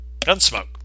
Gunsmoke